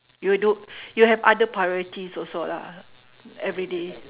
you do you have other priorities also lah everyday